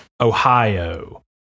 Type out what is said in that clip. Ohio